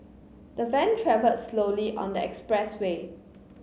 the van travelled slowly on the expressway